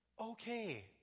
Okay